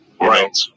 Right